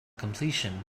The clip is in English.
completion